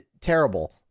terrible